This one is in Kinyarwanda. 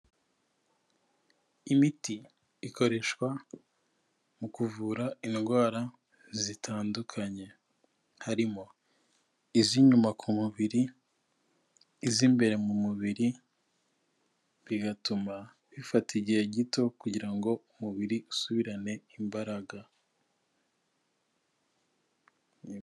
Imiti ikoreshwa mu kuvura indwara zitandukanye, harimo iz'inyuma ku mubiri, iz'imbere mu mubiri bigatuma bifata igihe gito kugira ngo umubiri usubirane imbaraga.